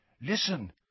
Listen